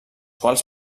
quals